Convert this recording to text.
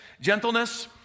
gentleness